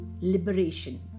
liberation